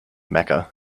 mecca